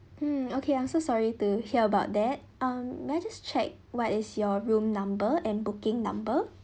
mm okay I'm so sorry to hear about that um may I just check what is your room number and booking number